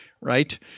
right